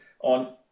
on